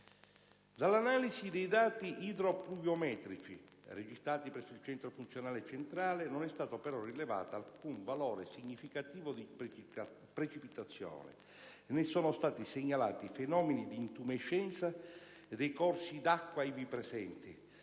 Dall'analisi dei dati idropluviometrici, registrati presso il Centro funzionale centrale, non è stato, però, rilevato alcun valore significativo di precipitazione, né sono stati segnalati fenomeni di intumescenza dei corsi d'acqua ivi presenti.